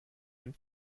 dem